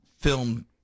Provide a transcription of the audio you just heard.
film